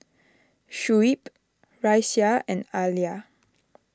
Shuib Raisya and Alya